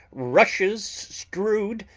rushes strewed,